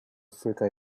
africa